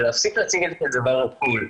להפסיק להציג את זה כדבר 'קול'